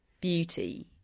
beauty